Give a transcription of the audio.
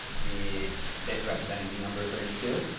the bit representing the number thirty two.